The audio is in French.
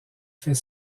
fait